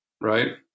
Right